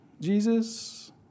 Jesus